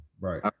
Right